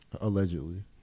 allegedly